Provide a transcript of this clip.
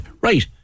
right